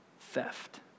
theft